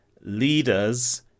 leaders